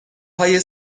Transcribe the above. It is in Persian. های